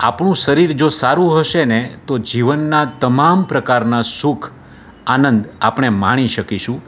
આપણું શરીર જો સારું હશેને તો જીવનના તમામ પ્રકારના સુખ આનંદ આપણે માણી શકીશું